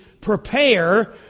prepare